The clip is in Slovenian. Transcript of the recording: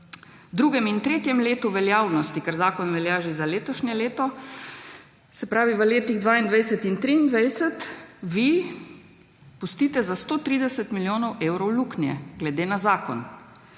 V drugem in tretjem letu veljavnosti, ker zakon velja že za letošnje leto, se pravi v letih 2022 in 2023 vi pustite za 130 milijonov evrov luknje, glede na zakon.